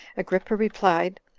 agrippa replied,